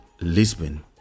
Lisbon